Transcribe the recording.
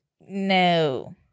No